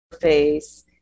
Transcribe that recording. face